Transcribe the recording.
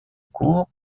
cours